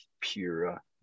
pure